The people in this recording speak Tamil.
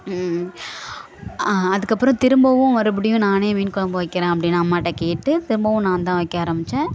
அதுக்கப்புறம் திரும்பவும் மறுபடியும் நானே மீன் கொழம்பு வைக்கிறேன் அப்படின்னு அம்மாகிட்ட கேட்டு திரும்பவும் நான் தான் வைக்க ஆரம்பித்தேன்